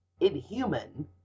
inhuman